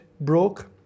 broke